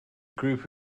group